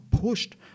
pushed